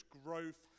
growth